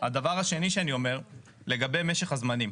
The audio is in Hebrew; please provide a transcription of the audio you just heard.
הדבר השני שאני אומר, לגבי משך הזמנים.